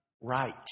Right